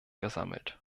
gesammelt